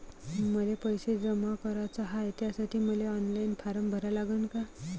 मले पैसे जमा कराच हाय, त्यासाठी मले ऑनलाईन फारम भरा लागन का?